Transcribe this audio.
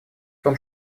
том